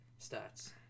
stats